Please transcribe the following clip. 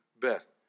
best